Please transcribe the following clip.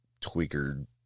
tweaker